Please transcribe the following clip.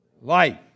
life